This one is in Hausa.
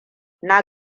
na